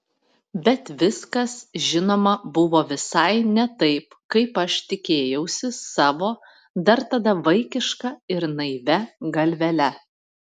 bet viskas žinoma buvo visai ne taip kaip aš tikėjausi savo dar tada vaikiška ir naivia galvele